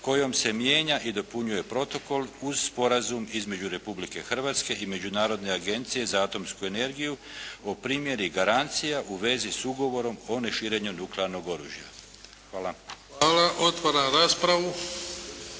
kojom se mijenja i dopunjuje protokol uz Sporazum između Republike Hrvatske i Međunarodne agencije za atomsku energiju o primjeni garancija u vezi s Ugovorom o neširenju nuklearnog oružja. Hvala. **Bebić, Luka